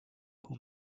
who